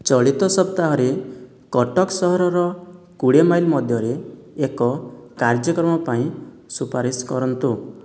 ଚଳିତ ସପ୍ତାହରେ କଟକ ସହରର କୋଡ଼ିଏ ମାଇଲ୍ ମଧ୍ୟରେ ଏକ କାର୍ଯ୍ୟକ୍ରମ ପାଇଁ ସୁପାରିସ କରନ୍ତୁ